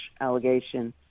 allegation